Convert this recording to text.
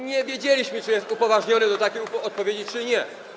Nie wiedzieliśmy, czy jest upoważniony do takiej odpowiedzi, czy nie.